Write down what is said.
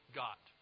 got